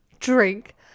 drink